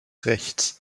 rechts